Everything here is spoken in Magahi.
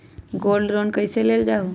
गोल्ड लोन कईसे लेल जाहु?